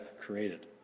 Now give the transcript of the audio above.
created